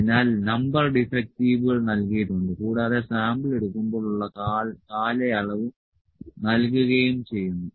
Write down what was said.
അതിനാൽ നമ്പർ ഡിഫക്റ്റീവുകൾ നൽകിയിട്ടുണ്ട് കൂടാതെ സാമ്പിൾ എടുക്കുമ്പോൾ ഉള്ള കാലയളവ് നൽകുകയും ചെയ്യുന്നു